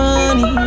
Money